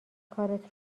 کارت